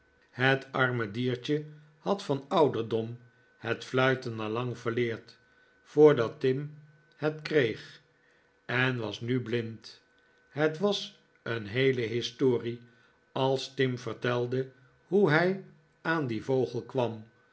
het arme diertje had van ouderdom het fluiten al lang yerleerd voordat tim het kreeg en was nu blind het was een heele historie als tim vertelde hoe hij aan dien vogel kwam